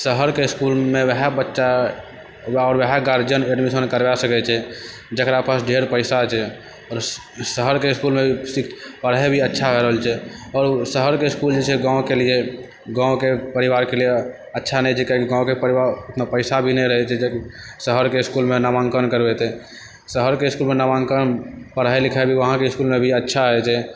शहरके इसकुलमे वएह बच्चा आओर वएह गार्जियन एडमिशन करबै सकै छै जकरा पास ढेर पैसा छै आओर शहरके इसकुलमे पढ़ाइ भी अच्छा भऽ रहल छै आओर शहरके इसकुल जे छै गाँवके लिए गाँवके परिवारके लिए अच्छा नहि छै कियाकि गाँवके परिवारमे ओतना पैसा भी नहि रहै छै जे शहरके इसकुलमे नामाङ्कन करबेतै शहरके इसकुलमे नामाङ्कन पढ़ाइ लिखाइ भी वहाँ भी इसकुलमे भी अच्छा होइ छै